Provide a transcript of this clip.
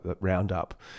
roundup